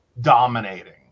dominating